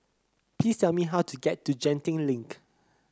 please tell me how to get to Genting Link